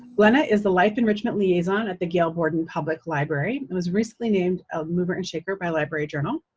glenna is the life enrichment liaison at the gail borden public library, and was recently named a mover and shaker by library journal.